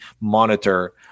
monitor